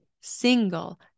single